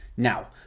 Now